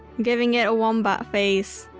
giving it a wombat face.